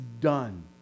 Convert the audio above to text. done